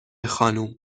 خانومزحمت